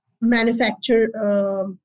manufacture